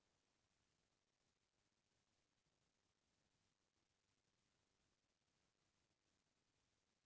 आजकाल किसान मन जादा फसल लिये बर रसायनिक खातू ल जादा बउरत हें